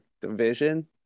division